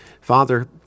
Father